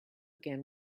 again